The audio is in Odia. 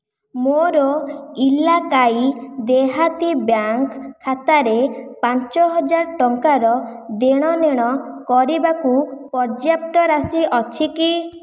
ମୋର ଇଲାକାଈ ଦେହାତୀ ବ୍ୟାଙ୍କ୍ ଖାତାରେ ପାଞ୍ଚହଜାର ଟଙ୍କାର ଦେଣନେଣ କରିବାକୁ ପର୍ଯ୍ୟାପ୍ତ ରାଶି ଅଛି କି